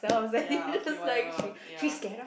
ya okay whatever ya